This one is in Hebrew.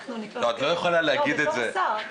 לא, בתור שר.